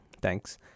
Thanks